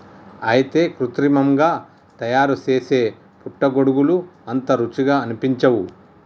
అయితే కృత్రిమంగా తయారుసేసే పుట్టగొడుగులు అంత రుచిగా అనిపించవు